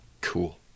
Cool